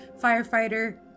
firefighter